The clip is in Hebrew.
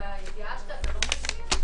ההסתייגות לא אושרה.